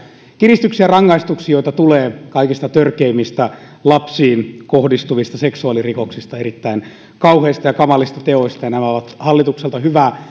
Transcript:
kiristyksiä rangaistuksiin joita tulee kaikista törkeimmistä lapsiin kohdistuvista seksuaalirikoksista erittäin kauheista ja kamalista teoista ja nämä ovat hallitukselta hyvä